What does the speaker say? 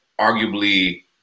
arguably